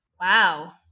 Wow